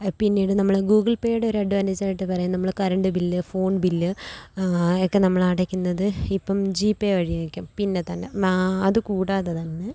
പിന്നീട് നമ്മള് ഗൂഗിൾ പേയുടെ ഒരു അഡ്വാൻറ്റേജായിട്ട് പറയുന്നത് നമ്മളെ കരണ്ട് ബില്ല് ഫോൺ ബില്ല് ഒക്കെ നമ്മൾ അടയ്ക്കുന്നത് ജീ പേ വഴി ആയിരിക്കും പിന്നെ തന്നെ അതു കൂടാതെ തന്നെ